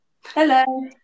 Hello